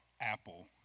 Apple